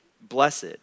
blessed